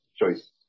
choice